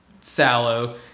sallow